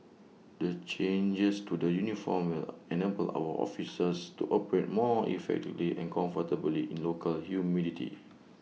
the changes to the uniforms will enable our officers to operate more effectively and comfortably in local humidity